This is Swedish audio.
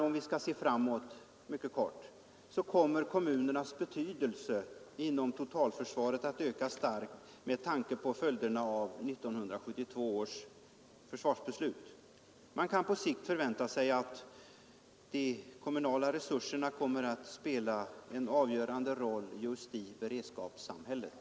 Om vi ser framåt förstår vi att kommunernas betydelse inom totalförsvaret kommer att öka starkt med tanke på följderna av 1972 års försvarsbeslut. Man kan på sikt förvänta sig att de kommunala resurserna kommer att spela en avgörande roll i beredskapssamhället.